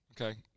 Okay